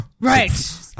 Right